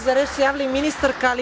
Za reč se javila i ministarka.